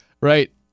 right